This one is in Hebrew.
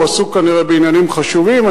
הוא עסוק כנראה בעניינים חשובים,